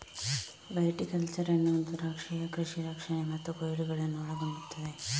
viticulture ಎನ್ನುವುದು ದ್ರಾಕ್ಷಿಯ ಕೃಷಿ ರಕ್ಷಣೆ ಮತ್ತು ಕೊಯ್ಲುಗಳನ್ನು ಒಳಗೊಳ್ಳುತ್ತದೆ